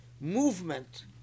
movement